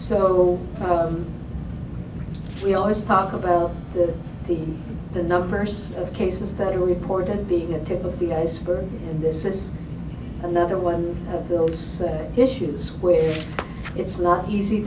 so we always talk about the the the numbers of cases that are reported as being a tip of the iceberg and this is another one of those issues where it's not easy